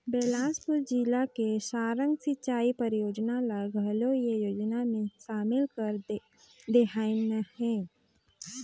बेलासपुर जिला के सारंग सिंचई परियोजना ल घलो ए योजना मे सामिल कर देहिनह है